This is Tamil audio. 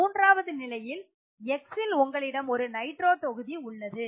மூன்றாவது நிலையில் X ல் உங்களிடம் ஒரு நைட்ரோ தொகுதி உள்ளது